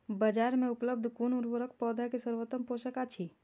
बाजार में उपलब्ध कुन उर्वरक पौधा के सर्वोत्तम पोषक अछि?